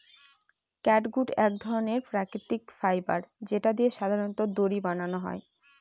catgut এক ধরনের প্রাকৃতিক ফাইবার যেটা দিয়ে সাধারনত দড়ি বানানো হয়